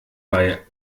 bei